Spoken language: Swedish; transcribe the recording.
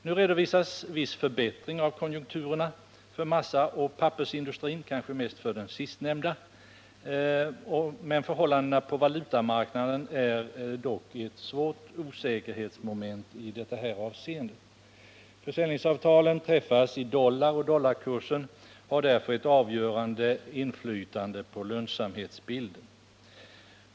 Nu redovisas viss förbättring av konjunkturerna för massaoch pappersindustrin, kanske mest för den sistnämnda. Förhållandena på valutamarknaden är dock ett stort osäkerhetsmoment i det här avseendet, eftersom försäljningsavtalen träffas i dollar. Dollarkursen har därför ett avgörande inflytande på lönsamhetsbilden.